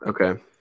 okay